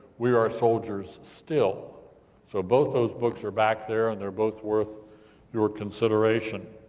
we are soldiers, still so both those books are back there, and they're both worth your consideration.